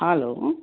hello